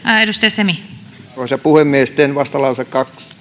arvoisa puhemies teen vastalauseen